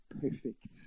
perfect